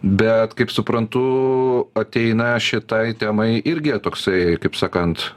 bet kaip suprantu ateina šitai temai irgi toksai kaip sakant